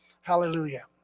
hallelujah